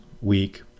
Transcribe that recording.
week